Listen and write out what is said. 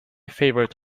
favorite